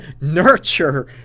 Nurture